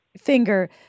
finger